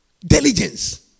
Diligence